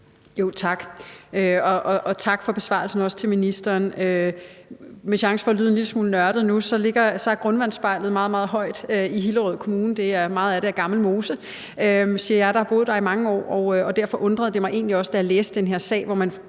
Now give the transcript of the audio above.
og tak også til ministeren for besvarelsen. Med chance for at lyde en lille smule nørdet nu vil jeg sige, at grundvandsspejlet er meget, meget højt i Hillerød Kommune. Meget af det er gammel mose, siger jeg, der har boet der i mange år, og derfor undrede det mig egentlig også, da jeg læste om den her sag, hvor man